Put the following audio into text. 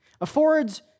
affords